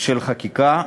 של חקיקה.